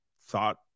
thought